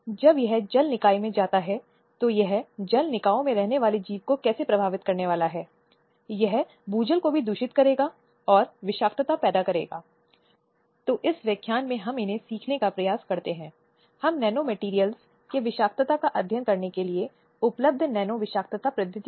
अतः इसमे शामिल हैं जांच और हस्तक्षेप कर्ता की भूमिका मूल्यांकन भूमिका क़ानूनों और नीतियों की समीक्षा प्रचार और शैक्षिक अनुसंधान